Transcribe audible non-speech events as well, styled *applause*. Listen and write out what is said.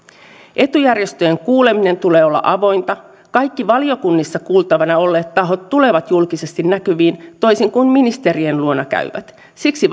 etujärjestöjen kuulemisen tulee olla avointa kaikki valiokunnissa kuultavana olleet tahot tulevat julkisesti näkyviin toisin kuin ministerien luona käyvät siksi *unintelligible*